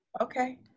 okay